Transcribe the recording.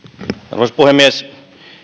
arvoisa puhemies